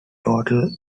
total